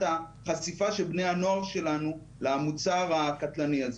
החשיפה של בני הנוער שלנו למוצר הקטלני הזה.